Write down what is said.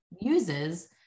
uses